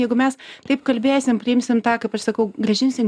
jeigu mes taip kalbėsim priimsim tą kaip aš sakau grąžinsim